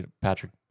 Patrick